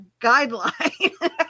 guideline